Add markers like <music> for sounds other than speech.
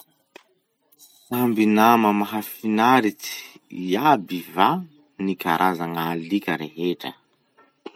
Samby nama mahafinaritsy iaby va ny karazan'ali ka rehetra? <noise>